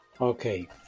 Okay